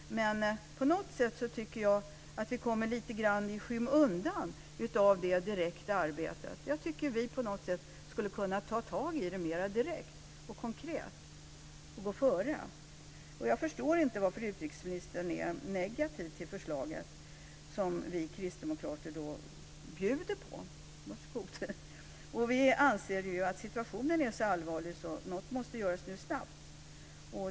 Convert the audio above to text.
Men på något sätt kommer vi, tycker jag, lite grann i skymundan av det direkta arbetet, så på något sätt skulle vi kunna ta tag i det mer direkt och konkret och gå före. Jag förstår inte varför utrikesministern är negativ till det förslag som vi kristdemokrater bjuder på - varsågod alltså! Vi anser att situationen är så allvarlig att något måste göras snabbt.